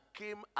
came